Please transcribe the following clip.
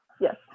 yes